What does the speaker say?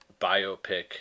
biopic